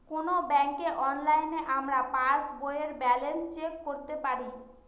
কোনো ব্যাঙ্কে অনলাইনে আমরা পাস বইয়ের ব্যালান্স চেক করতে পারি